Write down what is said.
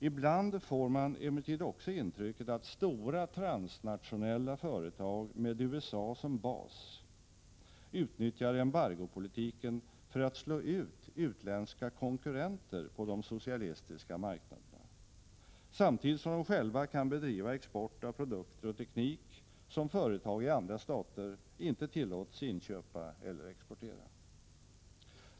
Ibland får man emellertid också intrycket att stora transnationella företag med USA som bas utnyttjar embargopolitiken för att slå ut utländska konkurrenter på de socialistiska marknaderna, samtidigt som de själva kan bedriva export av produkter och teknik som företag i andra stater inte tillåts inköpa eller exportera.